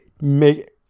make